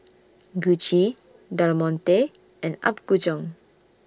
Gucci Del Monte and Apgujeong